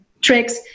tricks